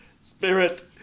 Spirit